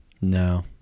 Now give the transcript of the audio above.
No